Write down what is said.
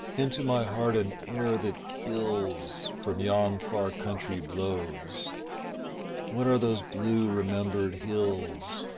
into my heart an air that kills from yon far country blows what are those blue remembered hills,